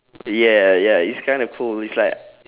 ya ya ya it's kinda cool it's like